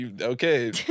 Okay